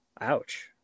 Ouch